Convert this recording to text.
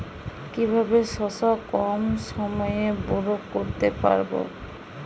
কিভাবে শশা কম সময়ে বড় করতে পারব?